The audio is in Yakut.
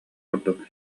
курдук